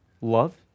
love